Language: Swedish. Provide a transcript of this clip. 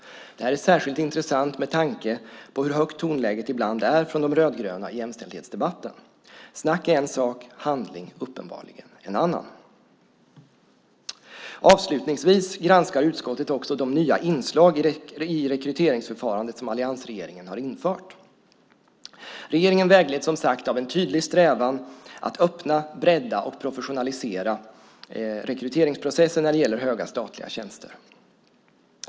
Det här är särskilt intressant med tanke på hur högt tonläget ibland är från de rödgröna i jämställdhetsdebatten. Snack är en sak, handling uppenbarligen en annan. Avslutningsvis granskar utskottet också de nya inslag i rekryteringsförfarandet som alliansregeringen har infört. Regeringen vägleds som sagt av en tydlig strävan att öppna, bredda och professionalisera rekryteringsprocessen när det gäller höga statliga tjänster.